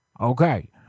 Okay